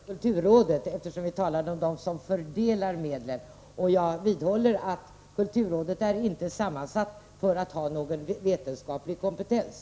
Herr talman! Det rörde inte museerna utan kulturrådet, eftersom vi talade om dem som fördelar medlen. Jag vidhåller att kulturrådet inte är sammansatt för att ha någon vetenskaplig kompetens.